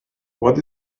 what